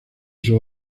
sus